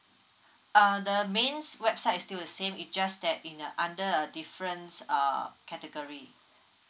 uh the mains website is still the same it just that in a under a difference err category